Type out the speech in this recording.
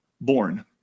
born